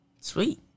sweet